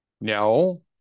No